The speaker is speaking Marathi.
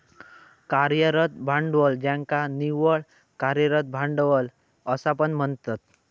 कार्यरत भांडवल ज्याका निव्वळ कार्यरत भांडवल असा पण म्हणतत